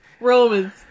Romans